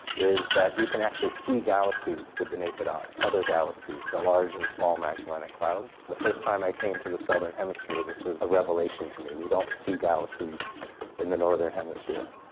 is that you can actually see galaxies with the naked eye, other galaxies, the large and small magellanic clouds. the first time i came to the southern hemisphere this was a revelation to me. we don't see galaxies in the northern hemisphere.